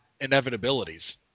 inevitabilities